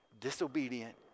disobedient